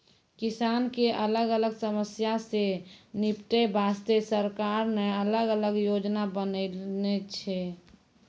किसान के अलग अलग समस्या सॅ निपटै वास्तॅ सरकार न अलग अलग योजना बनैनॅ छै